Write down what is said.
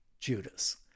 Judas